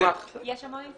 יש המון אינפורמציה.